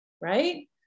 right